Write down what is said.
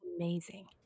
amazing